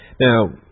Now